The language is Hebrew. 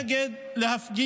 -- ולהפגין נגד,